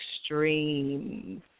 extremes